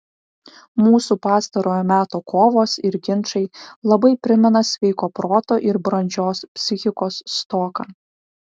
mūsų pastarojo meto kovos ir ginčai labai primena sveiko proto ir brandžios psichikos stoką